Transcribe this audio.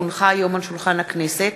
כי הונחה היום על שולחן הכנסת,